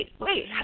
wait